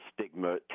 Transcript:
stigma